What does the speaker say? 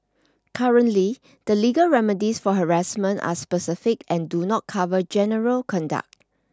currently the legal remedies for harassment are specific and do not cover general conduct